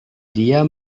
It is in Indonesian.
dia